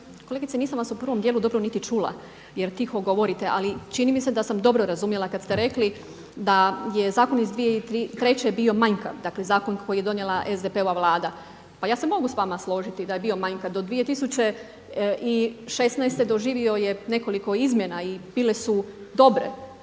Kolegice nisam vas u prvom dijelu dobro niti čula jer tiho govorite, ali čini mi se da sam dobro čula kada ste rekli da je zakon iz 2003. manjkav, dakle zakon koji je donijela SDP-ova vlada. Pa ja se mogu s vama složiti da je bio manjkav. Do 2016. doživio je nekoliko izmjena i bile su dobre,